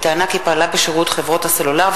בטענה כי "פעלה בשירות חברות הסלולר,